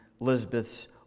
Elizabeth's